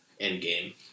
endgame